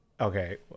okay